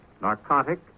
narcotic